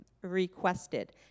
requested